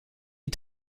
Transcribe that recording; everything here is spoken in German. die